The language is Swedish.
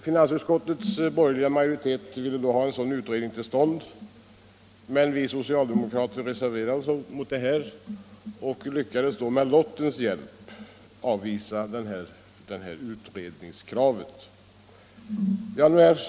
Finansutskottets borgerliga majoritet ville då ha en sådan utredning till stånd. Från socialdemokratiskt håll reserverade vi oss mot detta och lyckades med lottens hjälp i kammaren avvisa utredningskravet.